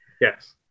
Yes